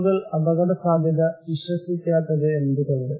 ആളുകൾ അപകടസാധ്യത വിശ്വസിക്കാത്തത് എന്തുകൊണ്ട്